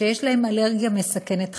שיש להם אלרגיה מסכנת חיים,